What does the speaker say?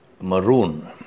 maroon